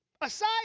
Aside